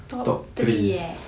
top three eh